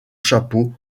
chapeau